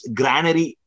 granary